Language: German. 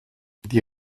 die